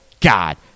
God